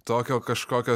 tokio kažkokio